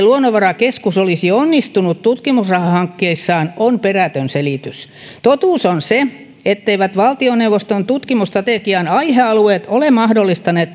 luonnonvarakeskus olisi onnistunut tutkimusrahahankkeissaan on perätön selitys totuus on se etteivät valtioneuvoston tutkimusstrategian aihealueet ole mahdollistaneet